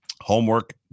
Homework